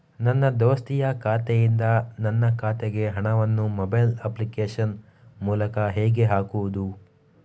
ನನ್ನ ದೋಸ್ತಿಯ ಖಾತೆಯಿಂದ ನನ್ನ ಖಾತೆಗೆ ಹಣವನ್ನು ಮೊಬೈಲ್ ಅಪ್ಲಿಕೇಶನ್ ಮೂಲಕ ಹೇಗೆ ಹಾಕುವುದು?